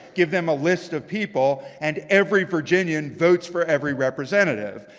give them a list of people. and every virginian votes for every representative.